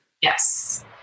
Yes